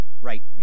right